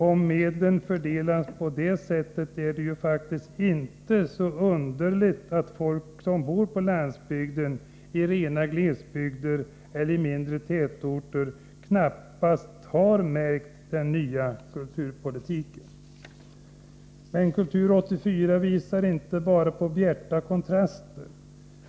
Om medlen fördelas på detta sätt är det faktiskt inte så underligt om folket som bor på landsbygden, i rena glesbygder eller i mindre tätorter knappast har märkt den nya kulturpolitiken. Men Kultur 84 visar inte bara bjärta kontraster.